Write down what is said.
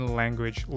language